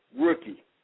rookie